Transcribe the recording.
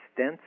stents